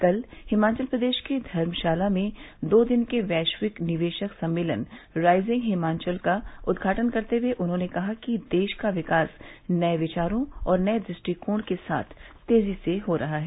कल हिमाचल प्रदेश के धर्मशाला में दो दिन के वैश्विक निवेशक सम्मेलन राइजिंग हिमाचल का उद्घाटन करते हुए उन्होंने कहा कि देश का विकास नये विचारों और नये दृष्टिकोण के साथ तेजी से हो रहा है